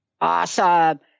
Awesome